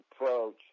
approach